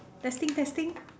testing testing